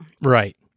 Right